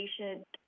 patient